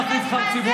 אינו נוכח יואב בן צור,